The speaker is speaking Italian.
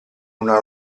una